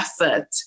effort